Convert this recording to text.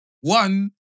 One